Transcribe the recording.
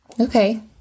Okay